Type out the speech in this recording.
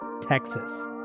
Texas